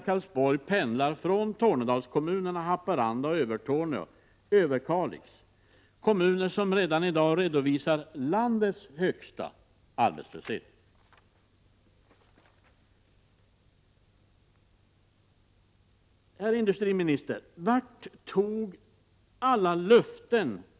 Det är bara staten som har ett ansvar i alla lägen.